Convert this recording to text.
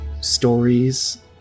stories